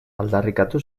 aldarrikatu